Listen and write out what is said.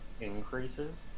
increases